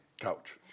couch